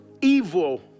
evil